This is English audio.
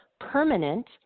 permanent